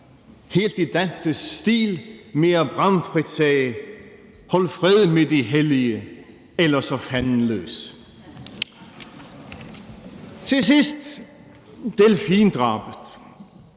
helt i Dantes’ stil, mere bramfrit sagde: »Hold fred med de hellige, ellers er fanden løs«. Kl. 21:58 Til sidst: delfindrabet!